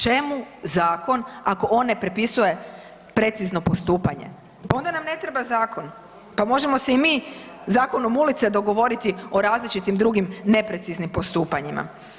Čemu zakon ako on ne prepisuje precizno postupanje, pa onda nam ne treba zakon, pa možemo se i mi zakonom ulice dogovoriti o različitim drugim nepreciznim postupanjima.